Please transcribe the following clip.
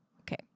Okay